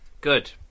Good